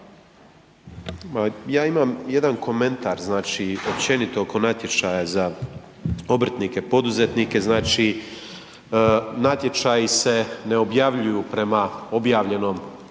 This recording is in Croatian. ja imam jedan komentar, znači općenito oko natječaja za obrtnike, poduzetnike, znači natječaji se ne objavljuju prema objavljenom